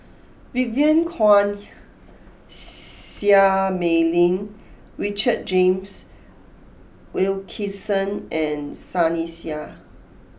Vivien Quahe Seah Mei Lin Richard James Wilkinson and Sunny Sia